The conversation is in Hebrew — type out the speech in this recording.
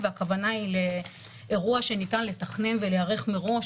והכוונה היא לאירוע שניתן לתכנן ולהיערך מראש,